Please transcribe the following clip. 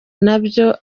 nabyo